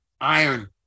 iron